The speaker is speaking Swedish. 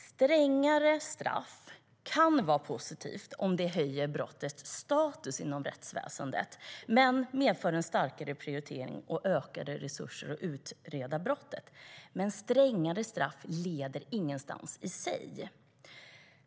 Strängare straff kan vara positivt om det höjer brottets status inom rättsväsendet och medför en starkare prioritering och ökade resurser för att utreda brottet, men strängare straff leder ingenstans i sig.